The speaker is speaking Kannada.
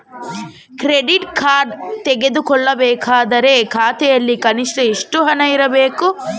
ಕ್ರೆಡಿಟ್ ಕಾರ್ಡ್ ತೆಗೆದುಕೊಳ್ಳಬೇಕಾದರೆ ಖಾತೆಯಲ್ಲಿ ಕನಿಷ್ಠ ಎಷ್ಟು ಹಣ ಇರಬೇಕು?